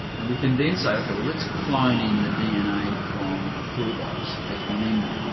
and we can then say, okay, let's clone in the dna from flu virus h one n one.